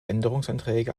änderungsanträge